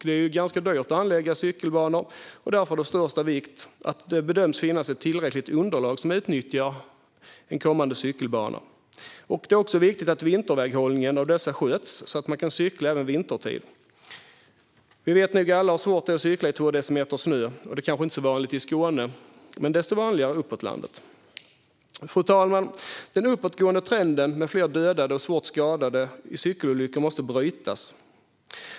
Det är ganska dyrt att anlägga cykelbanor, och därför är det av största vikt att det bedöms finnas ett tillräckligt underlag som ska utnyttja en kommande cykelbana. Det är också viktigt att vinterväghållningen av cykelbanorna sköts, så att man kan cykla även vintertid. Vi vet nog alla hur svårt det är att cykla i två decimeter snö, vilket kanske inte är så vanligt i Skåne men desto vanligare uppåt landet. Fru talman! Den uppåtgående trenden med fler dödade och svårt skadade i cykelolyckor måste brytas.